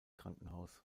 krankenhaus